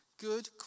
Good